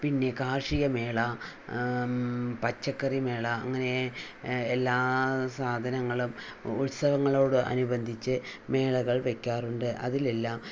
പിന്നെ കാർഷികമേള പച്ചക്കറിമേള അങ്ങനെ എല്ലാ സാധനങ്ങളും ഉത്സവങ്ങളോട് അനുബന്ധിച്ച് മേളകൾ വെക്കാറുണ്ട് അതിലെല്ലാം